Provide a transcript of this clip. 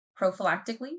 prophylactically